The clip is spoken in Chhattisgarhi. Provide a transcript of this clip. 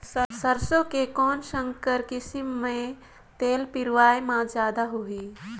सरसो के कौन संकर किसम मे तेल पेरावाय म जादा होही?